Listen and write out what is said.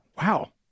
wow